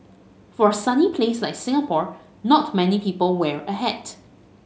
for a sunny place like Singapore not many people wear a hat